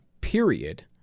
period